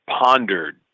pondered